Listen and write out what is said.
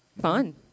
Fun